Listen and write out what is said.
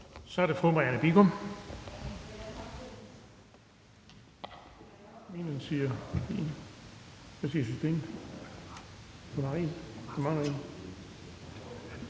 og det er fru Marianne Bigum.